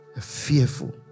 Fearful